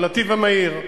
הנתיב המהיר.